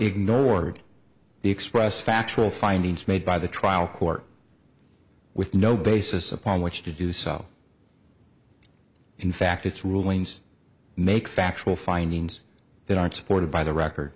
ignored the expressed factual findings made by the trial court with no basis upon which to do so in fact its rulings make factual findings that aren't supported by the record